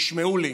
תשמעו לי,